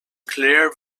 clare